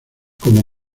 como